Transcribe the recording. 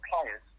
players